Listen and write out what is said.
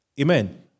Amen